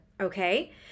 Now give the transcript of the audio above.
Okay